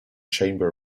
chamber